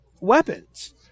weapons